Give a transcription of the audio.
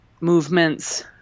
movements